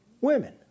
Women